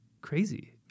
crazy